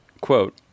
quote